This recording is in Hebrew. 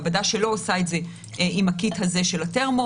מעבדה שלא עושה את זה עם הקיט הזה של התרמו,